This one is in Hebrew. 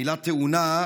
המילה "תאונה"